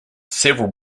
several